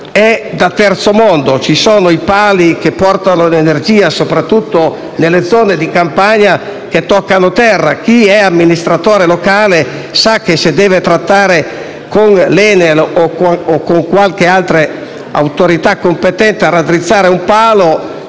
è da terzo mondo. Ci sono dei pali che portano l'energia, soprattutto nelle zone di campagna, che toccano terra. Chi è amministratore locale sa che, se deve trattare con l'ENEL o con qualche altra autorità competente per far raddrizzare un palo,